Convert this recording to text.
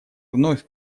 вновь